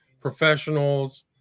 professionals